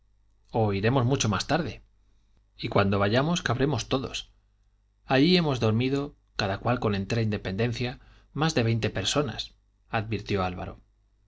o iremos mucho más tarde y cuando vayamos cabremos todos allí hemos dormido cada cual con entera independencia más de veinte personas advirtió álvaro es